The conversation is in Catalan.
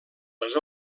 les